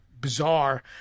bizarre